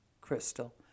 Crystal